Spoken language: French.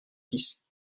six